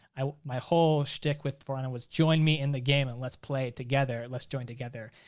ah my whole shtick with for honor was, join me in the game and let's play it together. let's join together,